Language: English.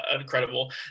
incredible